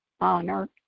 honor